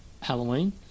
Halloween